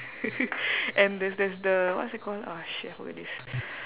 and there's there's the what's that called uh shit I forgot this